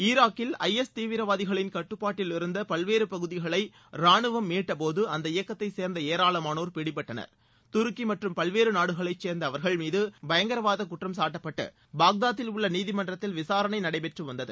ஈராக்கில் ஐஎஸ் தீவிரவாதிகளின் கட்டுப்பாட்டிலிருந்த பல்வேறு பகுதிகளை ரானுவம் மீட்டபோது அந்த இயக்கத்தைச் சேர்ந்த ஏராளமானோர் பிடிபட்டனர் துருக்கி மற்றும் பல்வேறு நாடுகளைச் சேர்ந்த அவர்கள் மீது பயங்கரவாத குற்றம்சாட்டப்பட்டு பாக்தாத்தில் உள்ள நீதிமன்றத்தில் விசாரணை நடைபெற்று வந்தது